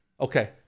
okay